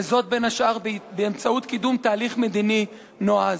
וזאת בין השאר באמצעות קידום תהליך מדיני נועז.